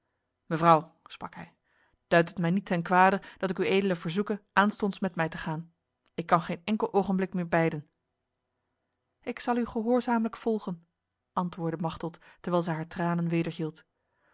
mevrouw sprak hij duid het mij niet ten kwade dat ik uedele verzoeke aanstonds met mij te gaan ik kan geen enkel ogenblik meer beiden ik zal u gehoorzaamlijk volgen antwoordde machteld terwijl zij haar tranen